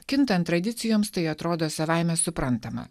kintant tradicijoms tai atrodo savaime suprantama